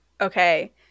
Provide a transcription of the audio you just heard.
Okay